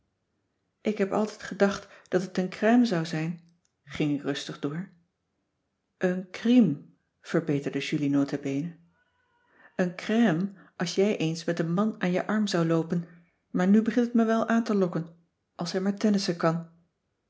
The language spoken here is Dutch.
ik heb altijd gedacht dat het een crème zou zijn ging ik rustig door een crime verbeterde julie notabene een crème als jij eens met een man aan je arm zou loopen maar nu begint het me wel aan te lokken als hij maar tennissen kan